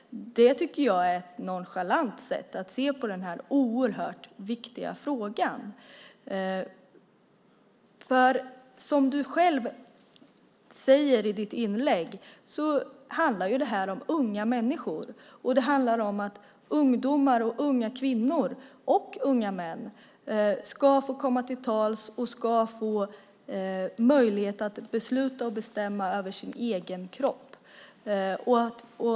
Det tycker jag är ett nonchalant sätt att se på den här oerhört viktiga frågan. Som du själv säger i ditt inlägg handlar det om unga människor. Det handlar om att unga kvinnor och män ska få komma till tals och få möjlighet att bestämma över sin egen kropp.